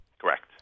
Correct